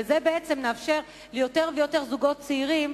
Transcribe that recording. וכך נאפשר ליותר ויותר זוגות צעירים